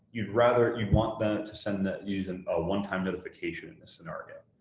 you'd rather, you'd want them to send that user a one-time notifications scenario.